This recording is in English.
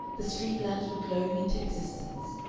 the street lamps were glowing into existence,